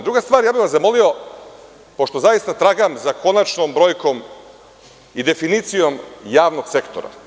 Druga stvar, zamolio bih vas, pošto zaista tragam za konačnom brojkom i definicijom javnog sektora.